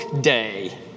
day